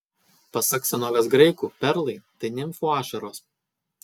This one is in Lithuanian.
pasak senovės graikų perlai tai nimfų ašaros